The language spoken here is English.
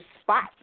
spot